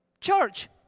Church